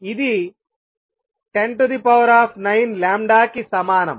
ఇది 109 కి సమానం